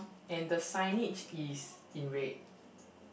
and the signage is in red